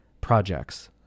projects